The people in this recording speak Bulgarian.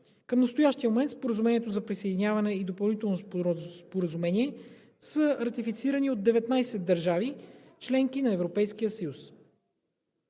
Към настоящия момент Споразумението за присъединяване и Допълнителното споразумение са ратифицирани от 19 държави – членки на Европейския съюз.